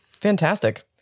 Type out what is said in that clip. Fantastic